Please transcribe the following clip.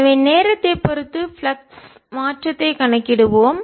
எனவே நேரத்தை பொறுத்து ஃப்ளக்ஸ் மாற்றத்தைக் கணக்கிடுவோம்